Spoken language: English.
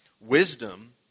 Wisdom